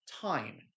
time